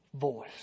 voice